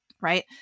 Right